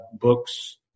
books